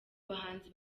bahanzi